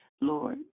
Lord